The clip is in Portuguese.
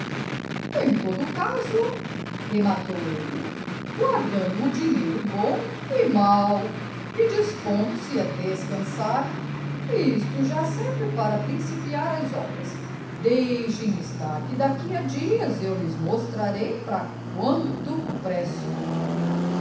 em todo caso rematou ele guardando o dinheiro bom e mau e dispondo-se a descansar isto já serve para principiar as obras deixem estar que daqui a dias eu lhes mostrarei para quanto presto